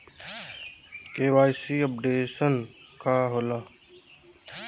KYC updation का होला?